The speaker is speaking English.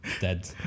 Dead